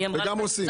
וגם עושים.